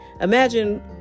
imagine